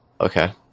Okay